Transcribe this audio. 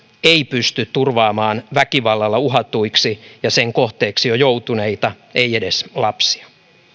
ei pysty turvaamaan väkivallalla uhatuiksi ja sen kohteeksi jo joutuneita ei edes lapsia